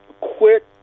quick